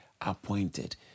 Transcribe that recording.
appointed